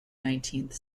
nineteenth